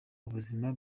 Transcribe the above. ubuzima